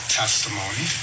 testimony